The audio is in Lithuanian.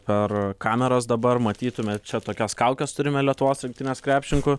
per kameras dabar matytumėt čia tokias kaukes turime lietuvos rinktinės krepšininkų